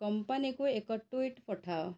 କମ୍ପାନୀକୁ ଏକ ଟୁଇଟ୍ ପଠାଅ